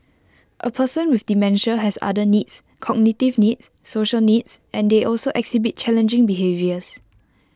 A person with dementia has other needs cognitive needs social needs and they also exhibit challenging behaviours